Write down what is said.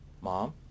Mom